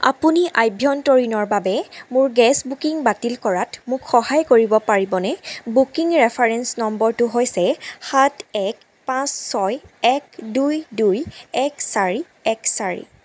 আপুনি আভ্যন্তৰীণৰ বাবে মোৰ গেছ বুকিং বাতিল কৰাত মোক সহায় কৰিব পাৰিবনে বুকিং ৰেফাৰেঞ্চ নম্বৰটো হৈছে সাত এক পাঁচ ছয় এক দুই দুই এক চাৰি এক চাৰি